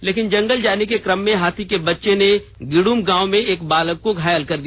लेकिन जंगल जाने के क्रम में हाथी के बच्चे ने गिडम गांव में एक बालक को घायल कर दिया